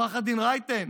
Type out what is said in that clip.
עו"ד רייטן,